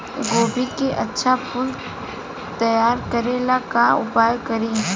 गोभी के अच्छा फूल तैयार करे ला का उपाय करी?